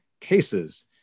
cases